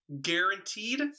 Guaranteed